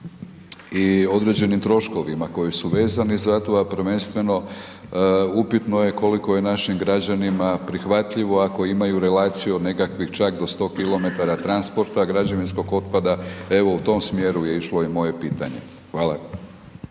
i određenim troškovima koji su vezani za to, a prvenstveno upitno je koliko je našim građanima prihvatljivo ako imaju relaciju od nekakvih čak do 100 kilometara transporta građevinskog otpada. Evo u tom smjeru je išlo moje pitanje. Hvala.